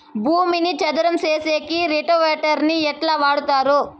భూమిని చదరం సేసేకి రోటివేటర్ ని ఎట్లా వాడుతారు?